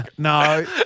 No